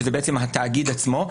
שזה בעצם התאגיד עצמו,